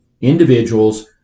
individuals